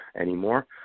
anymore